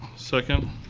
second.